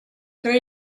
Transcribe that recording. there